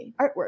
artwork